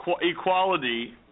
equality